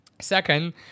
Second